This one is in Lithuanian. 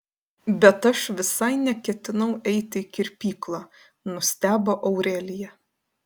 bet aš visai neketinau eiti į kirpyklą nustebo aurelija